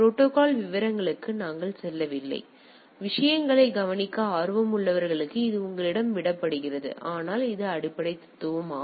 protocol விவரங்களுக்கு நாங்கள் செல்லவில்லை விஷயங்களைக் கவனிக்க ஆர்வமுள்ளவர்களுக்கு இது உங்களிடம் விடப்படுகிறது ஆனால் இது அடிப்படை தத்துவம்